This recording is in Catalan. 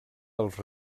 als